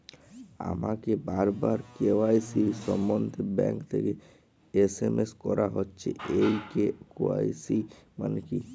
আমাকে বারবার কে.ওয়াই.সি সম্বন্ধে ব্যাংক থেকে এস.এম.এস করা হচ্ছে এই কে.ওয়াই.সি মানে কী?